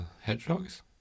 hedgehogs